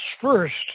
first